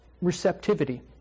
receptivity